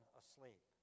asleep